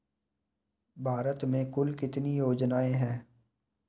भारत में कुल कितनी योजनाएं हैं?